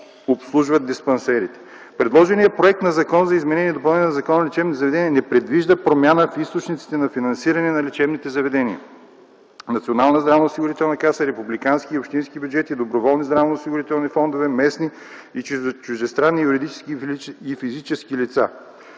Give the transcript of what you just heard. обслужват в диспансерите. Предложеният проект на Закон за изменение и допълнение на Закона за лечебните заведения не предвижда промяна в източниците на финансиране на лечебните заведения - Национална здравноосигурителна каса, републикански и общински бюджети, доброволни здравноосигурителни фондове, местни и чуждестранни юридически и физически лица.